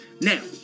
Now